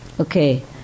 Okay